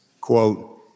quote